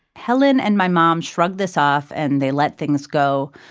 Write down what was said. helen and my mom shrugged this off, and they let things go,